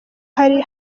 hari